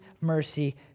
mercy